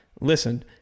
listen